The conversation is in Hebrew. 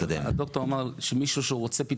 הדוקטור אמר שאם יש מישהו שרוצה להיות